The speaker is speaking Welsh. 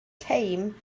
teim